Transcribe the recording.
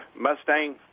Mustang